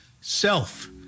self